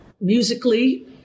musically